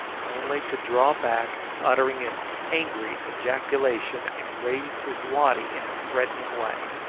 only to draw back uttering an angry ejaculation, and raise his waddy in a threatening way.